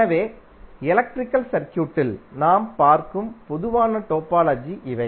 எனவே எலக்ட்ரிக்கல் சர்க்யூட்களில் நாம் பார்க்கும் பொதுவான டோபாலஜி இவை